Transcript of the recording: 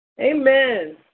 Amen